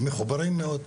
מחוברים מאוד.